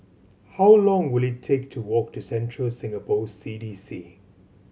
how long will it take to walk to Central Singapore C D C